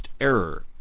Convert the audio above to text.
error